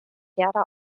gerda